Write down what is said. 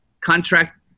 contract